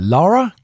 Laura